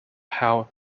how